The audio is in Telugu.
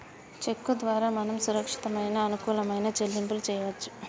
చెక్కు ద్వారా మనం సురక్షితమైన అనుకూలమైన సెల్లింపులు చేయవచ్చు